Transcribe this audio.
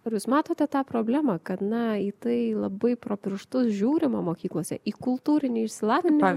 ar jūs matote tą problemą kad na į tai labai pro pirštus žiūrima mokyklose į kultūrinį išsilavinimą